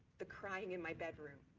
the crying in my bedroom,